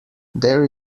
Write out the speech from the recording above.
there